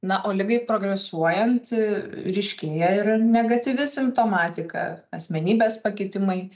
na o ligai progresuojant ryškėja ir negatyvi simptomatika asmenybės pakitimai